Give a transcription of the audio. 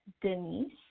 Denise